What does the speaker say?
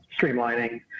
streamlining